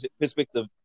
perspective